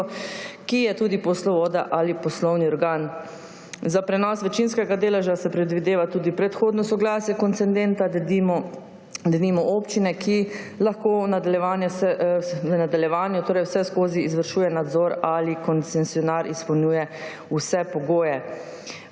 ki je tudi poslovodja ali poslovni organ. Za prenos večinskega deleža se predvideva tudi predhodno soglasje koncedenta, denimo občine, ki lahko v nadaljevanju vseskozi izvršuje nadzor, ali koncesionar izpolnjuje vse pogoje.